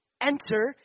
Enter